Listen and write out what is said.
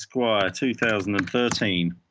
esquire two thousand and thirteen.